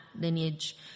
lineage